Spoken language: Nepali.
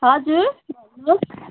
हजुर भन्नु होस्